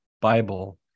Bible